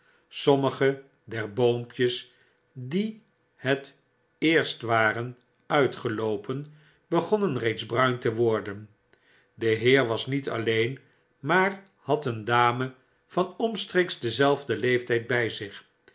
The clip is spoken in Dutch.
sommige der boompjes die het eerst waren uitgeloopen begonnen reeds bruin te worden de heer was niet alleen maar had een dame van omstreeks denzelfden leeftijd bij zich